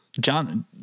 John